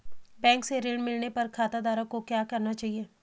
Bank से ऋण मिलने पर खाताधारक को क्या करना चाहिए?